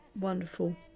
wonderful